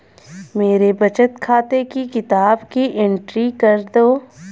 मेरे बचत खाते की किताब की एंट्री कर दो?